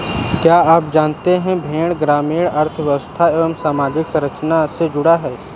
क्या आप जानते है भेड़ ग्रामीण अर्थव्यस्था एवं सामाजिक संरचना से जुड़ा है?